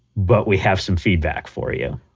but we have some feedback for you.